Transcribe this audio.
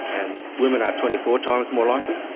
and women are twenty four times more likely,